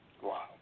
Wow